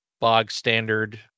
bog-standard